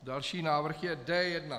Další návrh je D1.